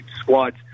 squads